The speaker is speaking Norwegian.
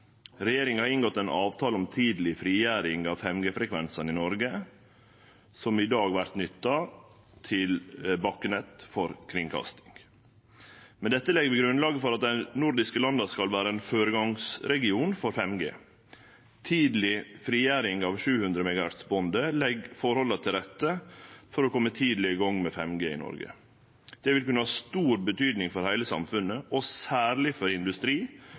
Regjeringa har inngått ein avtale om tidleg frigjering av 5G-frekvensane i Noreg, som i dag vert nytta til bakkenett for kringkasting. Med dette legg vi grunnlaget for at dei nordiske landa skal vere ein føregangsregion for 5G. Tidleg frigjering av 700 MHz-bandet legg forholda til rette for å kome tidleg i gang med 5G i Noreg. Det vil kunne ha stor betyding for heile samfunnet og særleg for industri